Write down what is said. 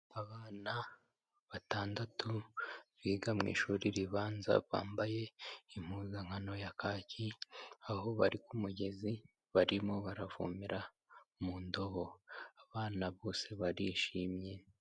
Abana batandatu biga mu ishuri ribanza, bambaye impuzankano ya kaki, aho bari ku mugezi, barimo baravomera mu ndobo, abana bose barishimye.